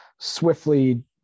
swiftly